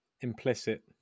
implicit